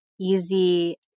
easy